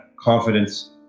confidence